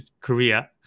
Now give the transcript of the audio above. Korea